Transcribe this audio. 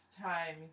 time